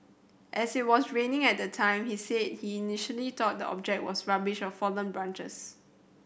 as it was raining at the time he said he initially thought the object was rubbish fallen branches